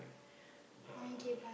uh